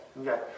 Okay